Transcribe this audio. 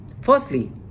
Firstly